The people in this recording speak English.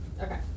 Okay